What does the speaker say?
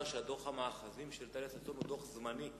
שדוח המאחזים של טליה ששון הוא דוח זמני,